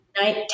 Night